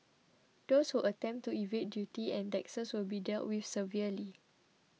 those who attempt to evade duty and taxes will be dealt with severely